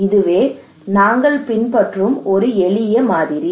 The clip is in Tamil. இதுவே நாங்கள் பின்பற்றும் ஒரு எளிய மாதிரி